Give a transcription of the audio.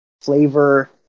flavor